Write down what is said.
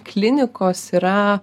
klinikos yra